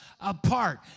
apart